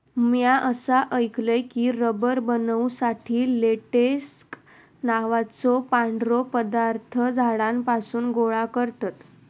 म्या असा ऐकलय की, रबर बनवुसाठी लेटेक्स नावाचो पांढरो पदार्थ झाडांपासून गोळा करतत